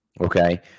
Okay